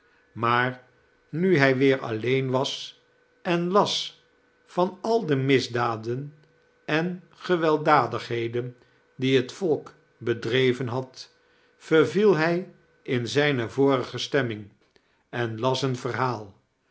maar nu liij weer alleen was ea las van al de misdaden en gewelddadigheden die net volk bedreven had verviel hij in zijne vorige stemming en las een verhaal